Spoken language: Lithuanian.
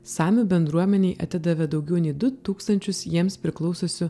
samių bendruomenei atidavė daugiau nei du tūkstančius jiems priklausiusių